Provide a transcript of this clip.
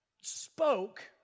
spoke